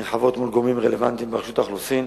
נרחבת מול גורמים רלוונטיים ברשות האוכלוסין,